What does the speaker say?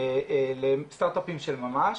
לסטארט אפים של ממש.